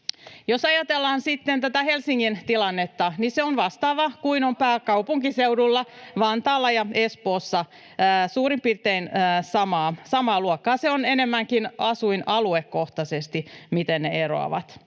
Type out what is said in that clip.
Jos ajatellaan sitten tätä Helsingin tilannetta, niin se on vastaava kuin on pääkaupunkiseudulla, Vantaalla ja Espoossa, suurin piirtein samaa luokkaa. Se on enemmänkin asuinaluekohtaista, miten ne eroavat.